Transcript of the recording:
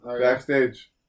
backstage